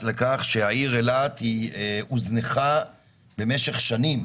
על כך שהעיר אילת הוזנחה במשך שנים,